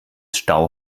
stau